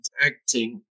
acting